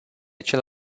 cel